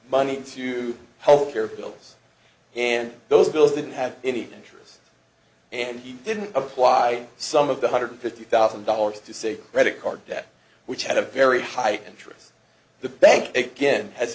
money to help care bills and those bills didn't have any interest and you didn't apply some of the hundred fifty thousand dollars to see credit card debt which had a very high interest the bank again has